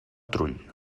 trull